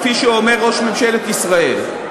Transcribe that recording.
כפי שאומר ראש ממשלת ישראל.